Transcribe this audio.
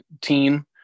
teen